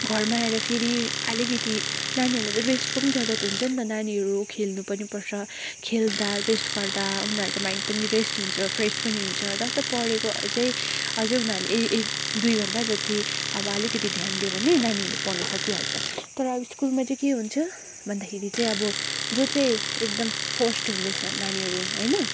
घरमा आएर फेरि अलिकति नानीहरूलाई चाहिँ रेस्टको पनि जरुरत हुन्छ नि त नानीहरू खेल्नु पनि पर्छ खेल्दा रेस्ट गर्दा अब उनीहरूको माइन्ड पनि रेस्ट हुन्छ फ्रेस पनि हुन्छ र त पढेको अझै अझै उनीहरूले एक दुई घन्टा जति अब अलिकति ध्यान दियो भने नानीहरूले पढ्नु सकिहाल्छ तर अब स्कुलमा चाहिँ के हुन्छ भन्दाखेरि चाहिँ अब जो चाहिँ एकदम फर्स्ट हुँदैछ नानीहरू होइन